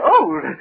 old